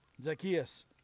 Zacchaeus